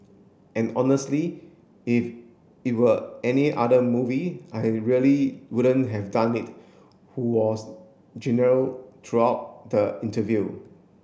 and honestly if it were any other movie I really wouldn't have done it who was genial throughout the interview